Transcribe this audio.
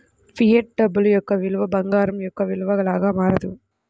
fiat డబ్బు యొక్క విలువ బంగారం యొక్క విలువ లాగా మారదు